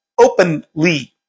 openly